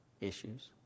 issues